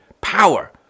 power